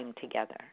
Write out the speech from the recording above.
together